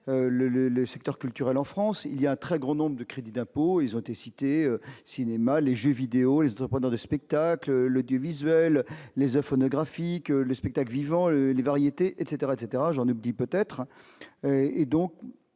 le secteur culturel en France, il y a un très grand nombre de crédits d'impôts, ils ont été cités, cinéma, les jeux vidéo pendant des spectacles le du visuel les phonographique le spectacle vivant, les variétés, etc, etc, j'en oublie peut-être et donc,